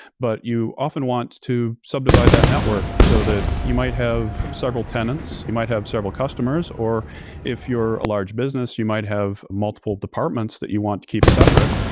but you often want to subdivide that network so that you might have several tenants, you might have several customers, or if you're a large business, you might have multiple departments that you want to keep separate.